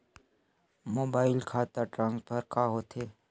Mobile खाता transfer का होथे?